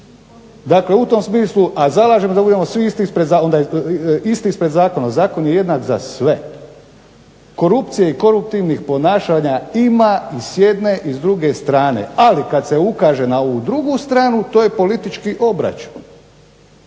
Dakle, u tom smislu, a zalažem da budemo svi isti ispred zakona, jer zakon je jednak za sve. Korupcije i koruptivnih ponašanja ima i s jedne i s druge strane, ali kada se ukaže na ovu drugu stranu to je politički obračun.